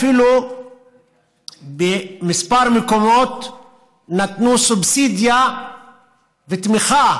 אפילו בכמה מקומות נתנו סובסידיה ותמיכה